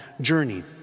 journey